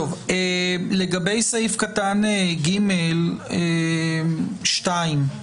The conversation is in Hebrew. לגבי סעיף קטן (ג)(2)